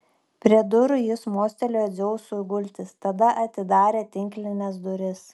prie durų jis mostelėjo dzeusui gultis tada atidarė tinklines duris